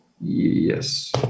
yes